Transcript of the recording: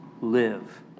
live